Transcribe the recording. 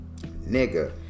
Nigga